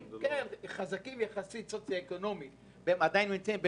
מבחינה סוציואקונומית שעדיין נמצאים במצוקה.